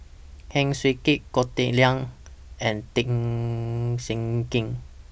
Heng Swee Keat Goh Teck Sian and Tan Jiak Kim